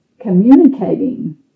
communicating